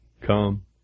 come